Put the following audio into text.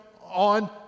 on